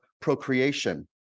procreation